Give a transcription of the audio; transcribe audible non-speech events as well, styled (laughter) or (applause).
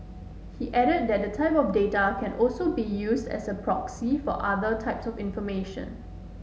he added that the (unintelligible) data can also be used as a proxy for other types of information